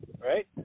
right